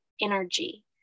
energy